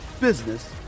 business